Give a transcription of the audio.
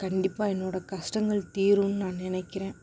கண்டிப்பாக என்னோடய கஷ்டங்கள் தீரும்னு நான் நினைக்குறேன்